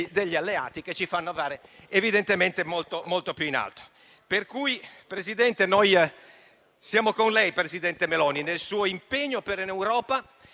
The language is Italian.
degli alleati che ci fanno andare evidentemente molto più in alto. Noi siamo con lei, presidente Meloni, nel suo impegno per un'Europa